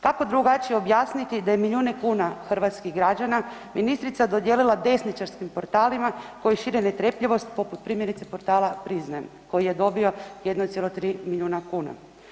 Kako drugačije objasniti da je milijune kuna hrvatskih građana ministrica dodijelila desničarskim portalima koji šire netrpeljivost poput primjerice portala Priznajem koji je dobio 1,3 milijuna kuna.